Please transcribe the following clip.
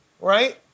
Right